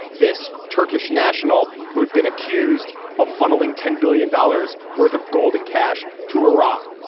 this turkish national who had been accused of funneling ten billion dollars worth of gold in cash to iran.